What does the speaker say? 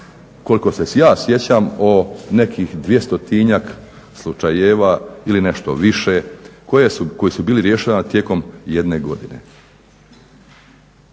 koliko se ja sjećam o nekih dvjestotinjak slučajeva ili nešto više koji su bili rješavani tijekom jedne godine.